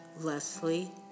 Leslie